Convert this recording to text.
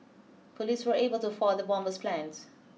police were able to foil the bomber's plans